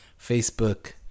Facebook